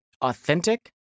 authentic